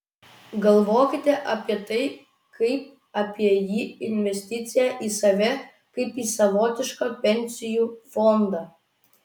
galvokite apie tai kaip apie į investiciją į save kaip į savotišką pensijų fondą